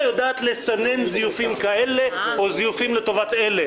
יודעת לסנן זיופים כאלה או זיופים לטובת אלה.